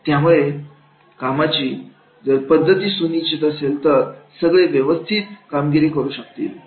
त्यामुळे कामाची जर पद्धती सुनिश्चित असेल तर सगळे व्यवस्थित कामगिरी करू शकतील